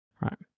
right